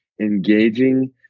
engaging